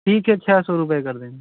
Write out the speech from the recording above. ठीक है छः सौ रुपये कर देंगे